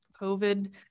COVID